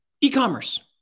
E-commerce